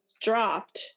dropped